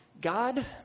God